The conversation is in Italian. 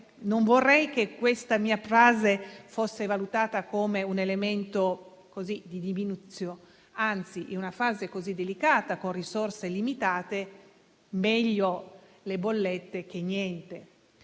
Non vorrei che questa mia frase fosse valutata come un elemento di *deminutio*. Anzi, in una fase così delicata, con risorse limitate, meglio le bollette che niente.